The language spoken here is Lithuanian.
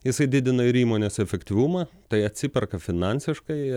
jisai didina ir įmonės efektyvumą tai atsiperka finansiškai